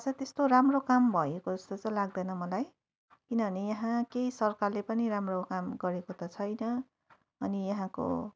चाहिँ त्यस्तो राम्रो काम भएको जस्तो लाग्दैन मलाई किनभने यहाँ केही सरकारले पनि राम्रो काम गरेको त छैन अनि यहाँको